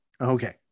Okay